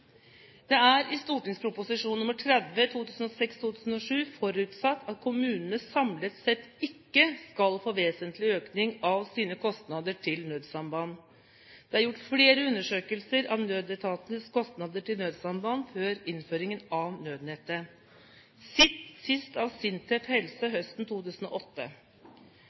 Det er i St.prp. nr. 30 for 2006–2007 forutsatt at kommunene samlet sett ikke skal få vesentlig økning av sine kostnader til nødsamband. Det er gjort flere undersøkelser av nødetatenes kostnader til nødsamband før innføringen av Nødnett, sist av SINTEF Helse høsten 2008.